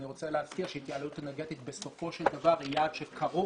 אני רוצה להזכיר שהתייעלות אנרגטית בסופו של דבר היא יעד שכרוך